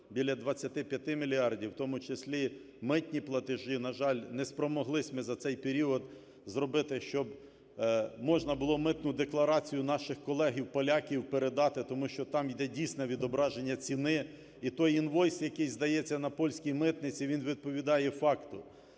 біля 25 мільярдів, в тому числі митні платежі. На жаль, не спромоглись ми за цей період зробити, щоб можна було митну декларацію наших колег-поляків передати, тому що там йде дійсне відображення ціни. І той інвойс, який здається на польській митниці, він відповідає факту.